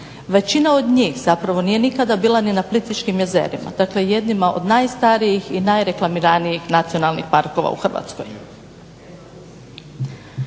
Većina od njih nije zapravo nikada bila na Plitvičkim jezerima, dakle jednima od najstarijih i najreklamiranijih nacionalnih parkova u Hrvatskoj.